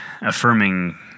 affirming